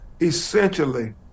essentially